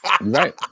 Right